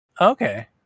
Okay